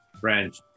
french